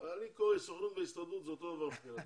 הסוכנות וההסתדרות זה אותו דבר מבחינתי.